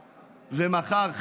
ומחר,